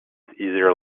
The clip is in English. easier